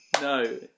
no